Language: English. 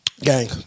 Gang